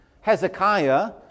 Hezekiah